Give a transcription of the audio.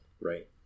Right